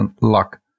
luck